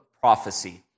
prophecy